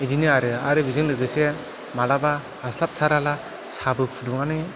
बिदिनो आरो आरो बेजों लोगोसे माब्लाबा हास्लाब थाराबा साबो फुदुंनानै